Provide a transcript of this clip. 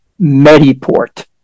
Mediport